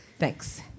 Thanks